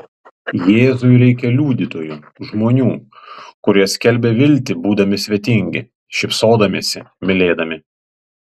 jėzui reikia liudytojų žmonių kurie skelbia viltį būdami svetingi šypsodamiesi mylėdami